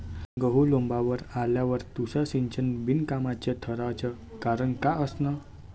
गहू लोम्बावर आल्यावर तुषार सिंचन बिनकामाचं ठराचं कारन का असन?